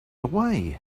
away